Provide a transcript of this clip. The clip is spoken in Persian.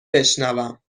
بشنوم